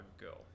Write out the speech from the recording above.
go